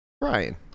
Brian